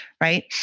right